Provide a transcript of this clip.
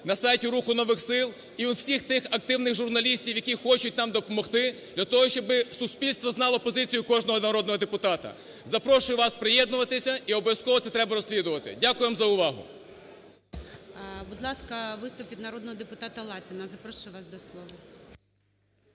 на сайті "Руху нових сил" і у всіх тих активних журналістів, які хочуть нам допомогти для того, щоб суспільство знало позицію кожного народного депутата. Запрошую вас приєднуватися, і обов'язково це треба розслідувати. Дякую за увагу. ГОЛОВУЮЧИЙ. Будь ласка, виступ від народного депутата Лапіна. Запрошую вас до слова.